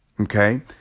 okay